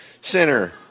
center